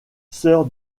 sœur